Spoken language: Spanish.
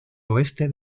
oeste